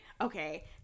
Okay